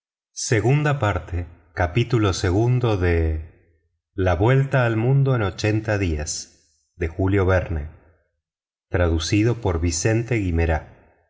la vuelta al mundo en ochenta días capítulo iv de julio verne a